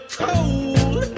cold